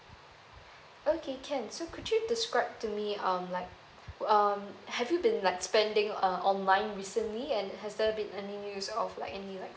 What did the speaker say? okay can so could you describe to me um like um have you been like spending uh online recently and has there been any news of like any like